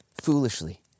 foolishly